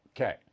Okay